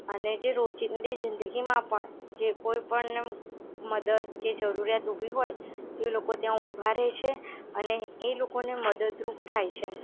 અને જે રોજિંદી જિંદગીમાં પણ જે કોઇપણને મદદ કે જરૂરિયાત ઊભી હોય તો એ લોકો ત્યાં ઊભા રહે છે અને એ લોકોને મદદરૂપ થાય છે